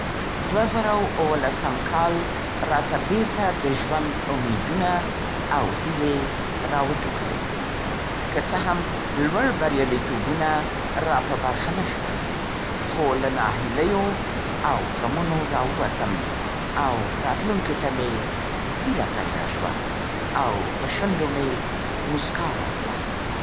دوه زره اوه‌لسم کال راته بېرته د ژوند امېدونه او هیلې راوټوکلې. که څه هم لوړ بریالیتوبونه راپه برخه نه شول. خو له ناهیلیو او غمونو راووتم او راتلونکې ته مې هیله پیدا شوه او په شونډو مې موسکا راغله.